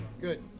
Good